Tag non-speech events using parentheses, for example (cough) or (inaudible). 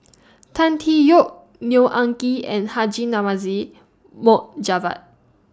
(noise) Tan Tee Yoke Neo Anngee and Haji Namazie Mohd Javad